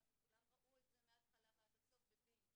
וכולם ראו את זה מהתחלה ועד הסוף בבינג',